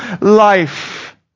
life